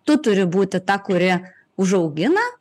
tu turi būti ta kuri užaugina